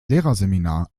lehrerseminar